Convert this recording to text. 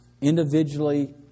individually